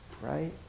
right